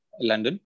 London